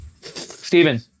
Steven